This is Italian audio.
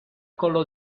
collo